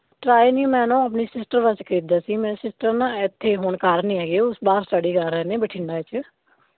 try ਨਹੀਂ ਮੈਂ ਨਾ ਆਪਣੀ ਸਿਸਟਰ ਵਾਸਤੇ ਖਰੀਦਿਆ ਸੀ ਮੇਰੇ ਸਿਸਟਰ ਨਾ ਇੱਥੇ ਹੁਣ ਘਰ ਨਹੀਂ ਹੈਗੇ ਉਸ ਬਾਹਰ ਸਟਡੀ ਕਰ ਰਹੇ ਨੇ ਬਠਿੰਡਾ 'ਚ